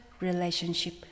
relationship